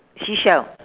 seashell